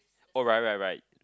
oh right right right